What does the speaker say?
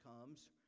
comes